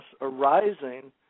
arising